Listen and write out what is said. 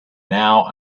now